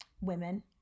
Women